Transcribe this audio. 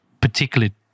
particularly